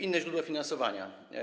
Inne źródła finansowania.